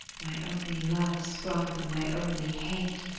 my only love sprung from my only hate!